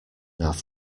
nav